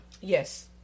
Yes